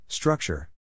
Structure